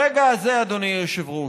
ברגע הזה, אדוני היושב-ראש,